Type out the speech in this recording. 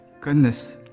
goodness